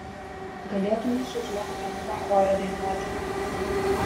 galėtumei su zuoku viename chore dainuoti